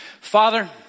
Father